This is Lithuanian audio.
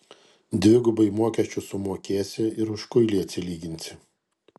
dvigubai mokesčius sumokėsi ir už kuilį atsilyginsi